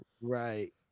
Right